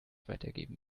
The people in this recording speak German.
weitergeben